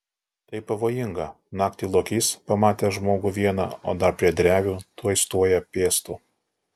tai pavojinga naktį lokys pamatęs žmogų vieną o dar prie drevių tuoj stoja piestu